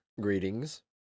Greetings